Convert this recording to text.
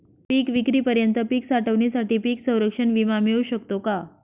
पिकविक्रीपर्यंत पीक साठवणीसाठी पीक संरक्षण विमा मिळू शकतो का?